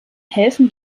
helfen